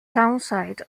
townsite